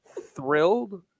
thrilled